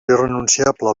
irrenunciable